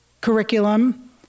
curriculum